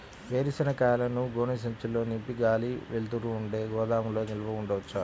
వేరుశనగ కాయలను గోనె సంచుల్లో నింపి గాలి, వెలుతురు ఉండే గోదాముల్లో నిల్వ ఉంచవచ్చా?